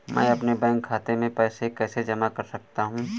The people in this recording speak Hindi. मैं अपने बैंक खाते में पैसे कैसे जमा कर सकता हूँ?